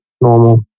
normal